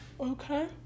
okay